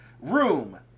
Room